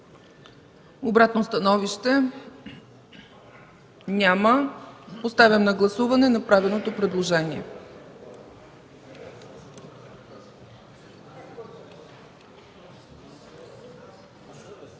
Обратно становище? Няма. Поставям на гласуване направеното предложение.